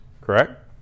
correct